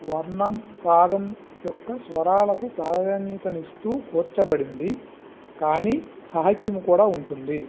వర్ణం రాగం యొక్క స్వరాలకు ప్రాధాన్యతనిస్తూ కూర్చబడింది కానీ సాహిత్యం కూడా ఉంటుంది